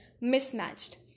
Mismatched